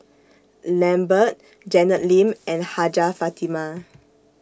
Lambert Janet Lim and Hajjah Fatimah